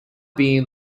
being